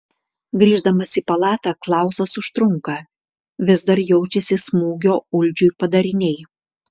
grįždamas į palatą klausas užtrunka vis dar jaučiasi smūgio uldžiui padariniai